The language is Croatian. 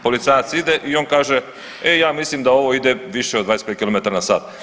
Policajac ide i on kaže e ja mislim da ovo ide više od 25 km na sat.